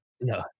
No